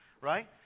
right